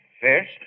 First